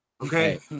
Okay